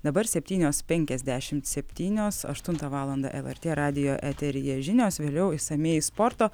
dabar septynios penkiasdešimt septynios aštuntą valandą lrt radijo eteryje žinios vėliau išsamiai sporto